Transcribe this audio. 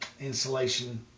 insulation